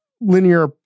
linear